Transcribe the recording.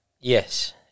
Yes